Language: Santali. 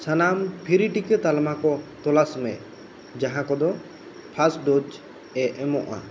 ᱥᱟᱱᱟᱢ ᱯᱷᱤᱨᱤ ᱴᱤᱠᱟᱹ ᱛᱟᱞᱢᱟ ᱠᱚ ᱛᱚᱞᱟᱥ ᱢᱮ ᱡᱟᱦᱟᱸ ᱠᱚᱫᱚ ᱯᱷᱟᱨᱥᱴ ᱰᱳᱡ ᱮ ᱮᱢᱚᱜᱼᱟ